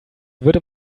würde